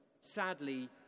Sadly